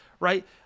Right